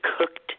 cooked